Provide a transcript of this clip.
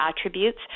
attributes